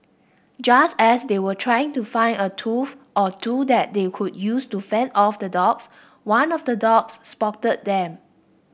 just as they were trying to find a tool or two that they could use to fend off the dogs one of the dogs spotted them